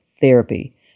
therapy